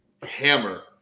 hammer